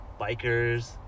bikers